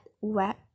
web